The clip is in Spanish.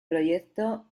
proyecto